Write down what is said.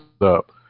up